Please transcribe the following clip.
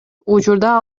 учурда